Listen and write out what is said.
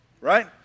right